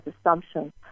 assumptions